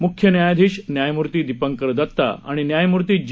म्ख्य न्यायाधीश न्यायमूर्ती दीपंकर दत्ता आणि न्यायमूर्ती जी